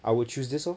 I will choose this lor